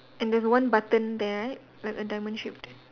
and there's one button there right like a diamond shaped